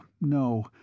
no